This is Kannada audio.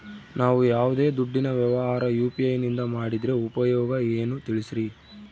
ನಾವು ಯಾವ್ದೇ ದುಡ್ಡಿನ ವ್ಯವಹಾರ ಯು.ಪಿ.ಐ ನಿಂದ ಮಾಡಿದ್ರೆ ಉಪಯೋಗ ಏನು ತಿಳಿಸ್ರಿ?